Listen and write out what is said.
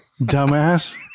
dumbass